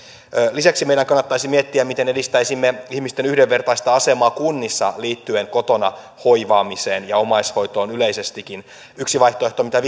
lisäksi meidän kannattaisi miettiä miten edistäisimme ihmisten yhdenvertaista asemaa kunnissa liittyen kotona hoivaamiseen ja omaishoitoon yleisestikin yksi vaihtoehto mitä